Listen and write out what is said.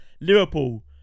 Liverpool